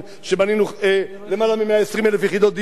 שבנינו יותר מ-120,000 יחידות דיור.